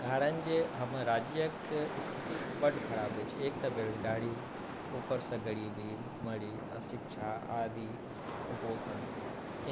कारण जे हमर राज्यक स्थिति बड खराब अछि एक तऽ बेरोजगारी ऊपरसँ गरीबी भुखमरी अशिक्षा आदि कुपोषण